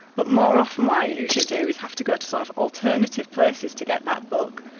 but more often what i usually do is have to go to sort of alternative places to get that book,